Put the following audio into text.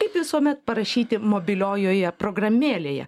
kaip visuomet parašyti mobiliojoje programėlėje